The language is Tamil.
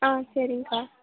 ஆ சரிங்க்கா